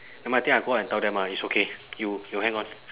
never mind I think I go out and tell them ah it's okay you you hang on